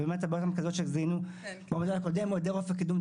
אבל הבעיות המרכזיות --- במודל הקודם הוא היעדר אופק קידום,